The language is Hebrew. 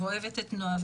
ואוהבת את נועה,